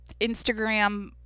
Instagram